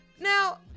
Now